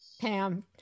Pam